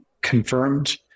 confirmed